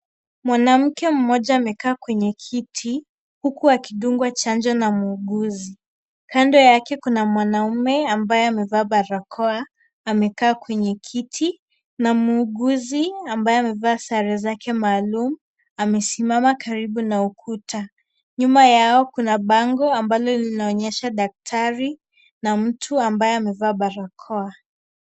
Mwanamke mmoja amekaa kwenye kiti huku akidungwa chanjo na muuguzi. Kando yake kuna mwanamme ambaye amevaa barakoa ambaye amekaa kwenye kiti na muuguzi ambaye amevaa sare zake maalum amesimama karibu na ukuta. Nyuma yao kuna bango ambalo linaonyesha daktari na mtu aliyevaa barakoa